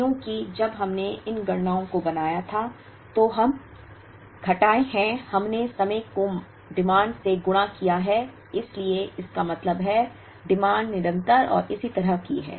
क्योंकि जब हमने इन गणनाओं को बनाया था तो हम घटाए हैं हमने समय को मांग से गुणा किया है इसलिए इसका मतलब है कि मांग निरंतर और इसी तरह की है